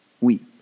weep